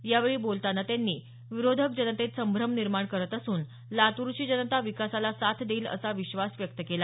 यावेळी बोलताना त्यांनी विरोधक जनतेत संभ्रम निर्माण करत असून लातूरची जनता विकासाला साथ देईल असा विश्वास व्यक्त केला